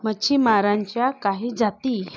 मच्छीमारांच्या काही जाती